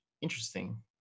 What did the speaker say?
interesting